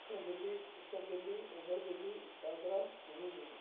ॾखिण दिल्ली उतर दिल्ली ओभर दिल्ली शाहदरा नवी दिल्ली